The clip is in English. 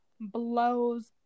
blows